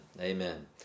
Amen